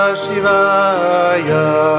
Shivaya